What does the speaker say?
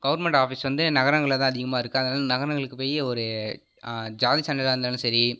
government office வந்து நகரங்களில் தான் அதிகமாக இருக்கும் அதனால் நகரங்களுக்கு போய் ஒரு ஜாதி சான்றிதழா இருந்தாலும் சரி